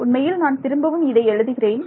உண்மையில் நான் திரும்பவும் இதை எழுதுகிறேன்